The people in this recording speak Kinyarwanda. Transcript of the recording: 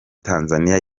tanzania